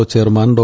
O chairman Dr